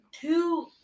Two